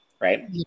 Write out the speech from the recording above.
right